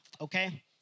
okay